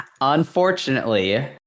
Unfortunately